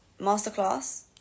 masterclass